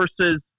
versus